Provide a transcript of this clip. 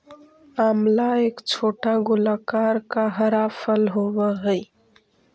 आंवला एक छोटा गोलाकार का हरा फल होवअ हई